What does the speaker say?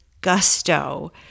Gusto